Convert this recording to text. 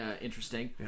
interesting